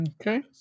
Okay